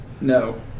No